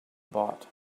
bought